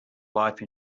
life